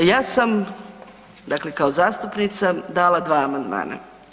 Ja sam dakle kao zastupnica dala 2 amandmana.